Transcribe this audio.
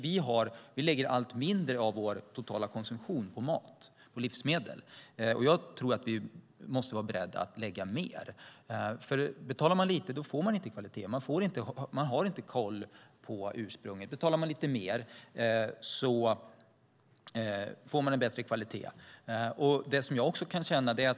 Vi lägger allt mindre av vår totala konsumtion på livsmedel, och jag tror att vi måste vara beredda att lägga mer. Betalar man lite får man inte kvalitet och har inte koll på ursprunget. Betalar man lite mer får man bättre kvalitet.